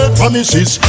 promises